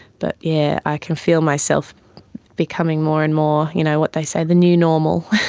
but yeah i can feel myself becoming more and more, you know what they say, the new normal.